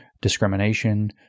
discrimination